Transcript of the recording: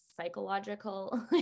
psychological